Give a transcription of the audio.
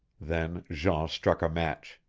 then jean struck a match.